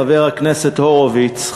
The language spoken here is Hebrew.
חבר הכנסת הורוביץ,